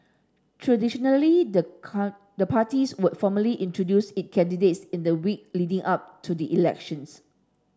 traditionally the car the party would formally introduce its candidates in the week leading up to the elections